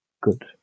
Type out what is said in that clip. good